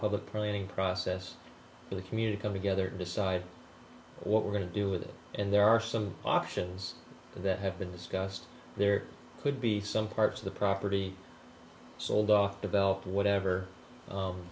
public printing process for the community come together decide what we're going to do with it and there are some options that have been discussed there could be some parts of the property sold off developed whatever